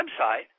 website